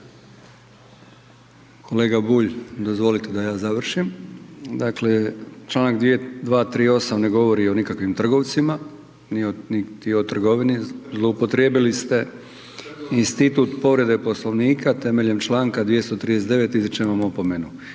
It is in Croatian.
Kolega Bulj, dozvolite da ja završim, dakle čl. 238. ne govori o nikakvim trgovcima niti o trgovini, zloupotrijebili ste institut povrede Poslovnika, temeljem čl. 239.